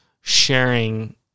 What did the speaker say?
sharing